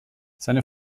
seine